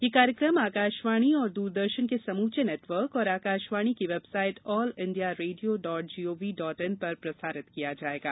यह कार्यक्रम आकाशवाणी और दूरदर्शन के समूचे नेटवर्क और आकाशवाणी की website all India radio dot gov dot in पर प्रसारित किया जाएगा